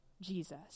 Jesus